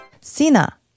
Sina